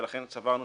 ולכן סברנו